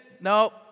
No